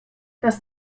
das